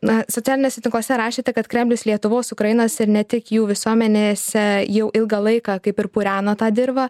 na socialiniuose tinkluose rašėte kad kremlius lietuvos ukrainos ir ne tik jų visuomenėse jau ilgą laiką kaip ir pureno tą dirvą